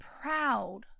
Proud